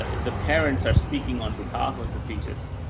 ah the parents are speaking on behalf of the fetus,